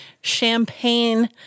champagne